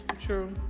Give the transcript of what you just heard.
True